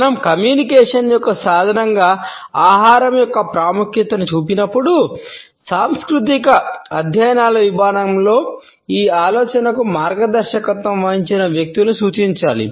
మనం కమ్యూనికేషన్ యొక్క సాధనంగా ఆహారం యొక్క ప్రాముఖ్యతను చూసినప్పుడు సాంస్కృతిక అధ్యయనాల విభాగంలో ఈ ఆలోచనకు మార్గదర్శకత్వం వహించిన వ్యక్తులను సూచించాలి